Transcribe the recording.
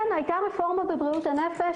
היתה רפורמה בבריאות הנפש,